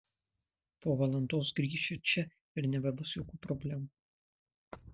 po valandos grįšiu čia ir nebebus jokių problemų